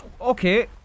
Okay